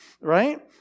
right